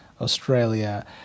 Australia